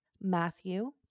Matthew